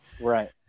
Right